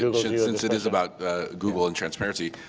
ah since it is about google and transparency,